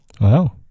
Wow